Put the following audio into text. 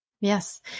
Yes